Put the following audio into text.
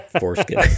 foreskin